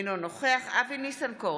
אינו נוכח אבי ניסנקורן,